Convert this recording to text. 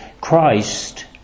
Christ